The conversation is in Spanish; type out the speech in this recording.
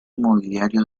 mobiliario